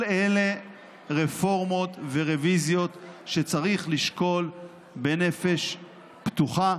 כל אלה רפורמות ורוויזיות שצריך לשקול בנפש חפצה,